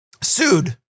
sued